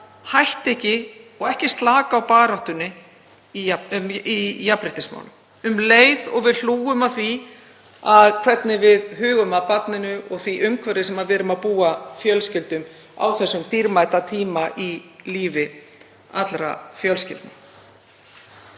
hætta ekki og slaka ekki á í baráttunni í jafnréttismálum um leið og við hlúum að því hvernig við hugum að barninu og því umhverfi sem við búum fjölskyldum á þessum dýrmæta tíma í lífi allra fjölskyldna.